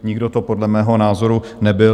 Nikdo to podle mého názoru nebyl.